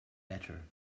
better